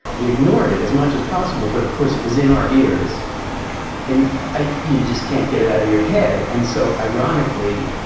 we ignored it as much as possible. but of course, it was in our ears and i yeah just can't get it out of your head. and so, ironically,